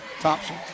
Thompson